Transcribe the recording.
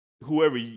whoever